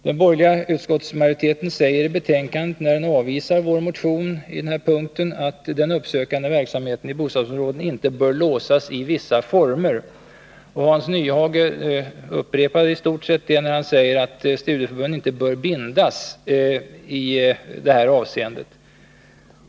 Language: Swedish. Den borgerliga utskottsmajoriteten säger i betänkandet, när den avvisar vår motion på den här punkten, att den uppsökande verksamheten i bostadsområden inte bör låsas i vissa former. Hans Nyhage upprepade i stort sett detta, när han sade att studieförbunden inte bör bindas i detta avseende.